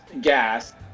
gas